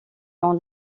dans